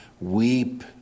Weep